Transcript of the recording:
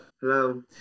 Hello